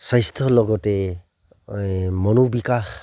স্বাস্থ্যৰ লগতে এই মনোবিকাশ